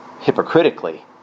hypocritically